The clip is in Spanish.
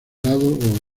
lado